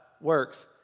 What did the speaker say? works